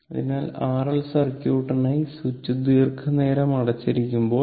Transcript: അതിനാൽ R L സർക്യൂട്ടിനായി switch ദീർഘനേരം അടച്ചിരിക്കുമ്പോൾ